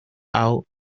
out